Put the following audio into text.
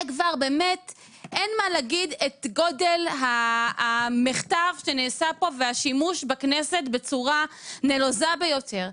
אין מה להגיד את גודל המחטף שנעשה פה והשימוש בכנסת בצורה נלוזה ביותר.